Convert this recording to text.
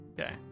Okay